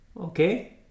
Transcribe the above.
Okay